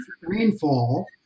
rainfall